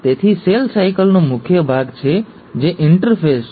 તેથી સેલ સાયકલનો મુખ્ય ભાગ છે જે ઇન્ટરફેઝ છે